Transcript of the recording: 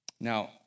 Now